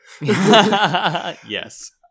Yes